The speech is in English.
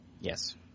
Yes